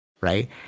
right